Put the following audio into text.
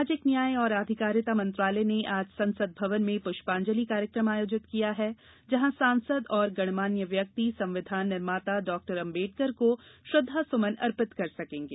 सामाजिक न्याय और आधिकारिता मंत्रालय ने आज संसद भवन में पुष्पांजलि कार्यक्रम आयोजित किया है जहां सांसद और गणमान्य व्यक्ति संविधान निर्माता डॉक्टर आम्बेडकर को श्रद्वा सुमन अर्पित कर सकेंगे